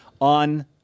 on